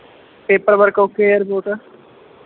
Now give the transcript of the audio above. paper work okay ਹੈ report